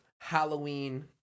Halloween